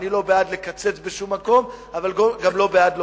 אני לא בעד לקצץ בשום מקום, אבל גם לא בעד להוסיף.